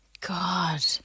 God